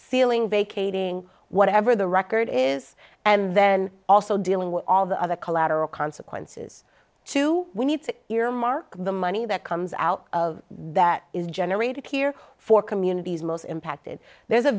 feeling vacating whatever the record is and then also dealing with all the other collateral consequences to we need to earmark the money that comes out of that is generated here for communities most impacted there's a